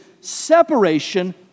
separation